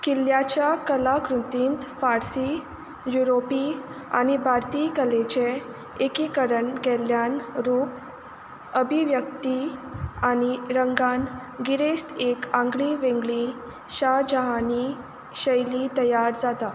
किल्ल्याच्या कलाकृतींत फार्सी युरोपी आनी भारतीय कलेचें एकीकरण केल्ल्यान रूप अभिव्यक्ती आनी रंगान गिरेस्त एक आगळी वेगळी शाह जहानी शैली तयार जाता